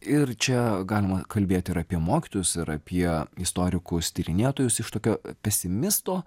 ir čia galima kalbėti ir apie mokytojus ir apie istorikus tyrinėtojus iš tokio pesimisto